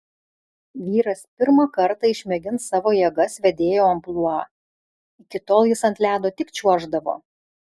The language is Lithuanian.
vyras pirmą kartą išmėgins savo jėgas vedėjo amplua iki tol jis ant ledo tik čiuoždavo